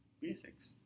Basics